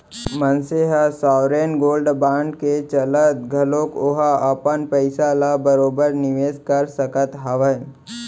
मनसे ह sovereign gold bond के चलत घलोक ओहा अपन पइसा ल बरोबर निवेस कर सकत हावय